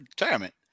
retirement